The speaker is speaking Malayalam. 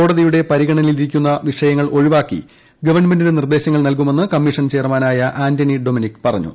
കോടതിയുടെ പരിഗണനയിലിരിക്കുന്ന വിഷയങ്ങൾ ഒഴിവാക്കി ഗവൺമെന്റിനു നിർദ്ദേശങ്ങൾ നൽകുമെന്ന് കമ്മീഷൻ ചെയർമാൻ ആന്റണി ഡൊമനിക് പറഞ്ഞു